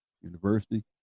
University